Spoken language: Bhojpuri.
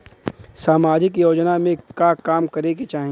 सामाजिक योजना में का काम करे के चाही?